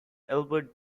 albert